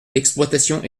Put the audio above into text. d’exploitations